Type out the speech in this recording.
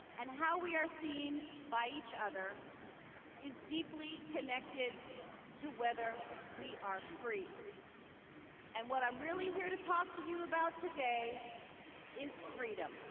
and how we are seen by each other is deeply connected to whether we are free and what i'm really here to talk to you about today is freedom.